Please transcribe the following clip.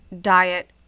Diet